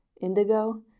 Indigo